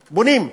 בונים.